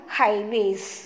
highways